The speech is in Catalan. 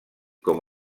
com